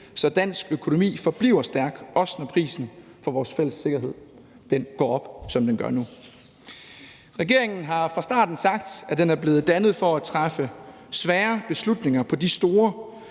så dansk økonomi forbliver stærk, også når prisen for vores fælles sikkerhed går opad, som den gør nu. Regeringen har fra starten sagt, at den er blevet dannet for at træffe svære beslutninger i forhold